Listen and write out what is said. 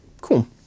Cool